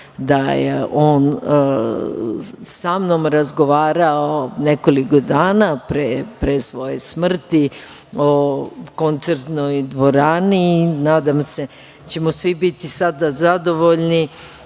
da je on sa mnom razgovarao nekoliko dana pre svoje smrti o koncertnoj dvorani. Nadam se da ćemo svi biti sada zadovoljni